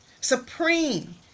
supreme